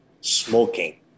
smoking